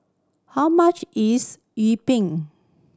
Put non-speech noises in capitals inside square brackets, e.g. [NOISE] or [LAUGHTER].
how much is yi [UNINTELLIGIBLE]